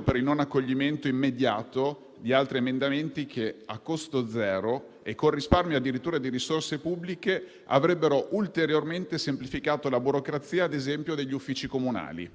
per il mancato accoglimento immediato di altri emendamenti che, a costo zero e addirittura con risparmio di risorse pubbliche, avrebbero ulteriormente semplificato la burocrazia - ad esempio - degli uffici comunali.